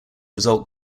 result